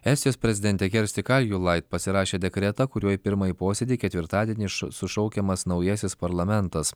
estijos prezidentė kersti kaljulaid pasirašė dekretą kuriuo į pirmąjį posėdį ketvirtadienį iš sušaukiamas naujasis parlamentas